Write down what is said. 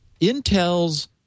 Intel's